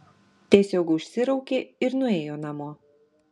tiesiog užsiraukė ir nuėjo namo